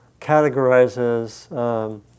categorizes